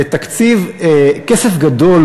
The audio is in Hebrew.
וכסף גדול